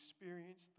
experience